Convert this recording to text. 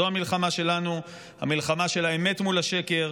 זו המלחמה שלנו, המלחמה של האמת מול השקר,